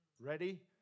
Ready